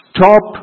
Stop